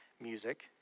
music